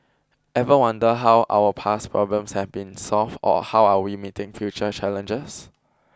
ever wonder how our past problems have been solved or how we are meeting future challenges